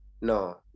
no